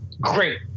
great